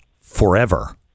forever